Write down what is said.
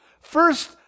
First